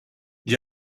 gli